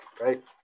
right